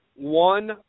One